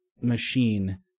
machine